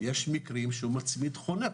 יש מקרים שהוא מצמיד חונך,